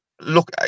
look